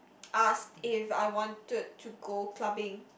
ask if I wanted to go clubbing